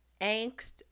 angst